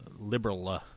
liberal